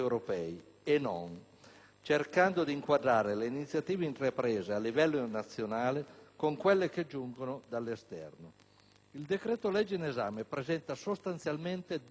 cercando di inquadrare le iniziative intraprese a livello nazionale con quelle che giungono dall'esterno. Il decreto-legge in esame presenta sostanzialmente due tipologie di misure.